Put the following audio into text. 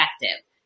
effective